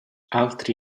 altri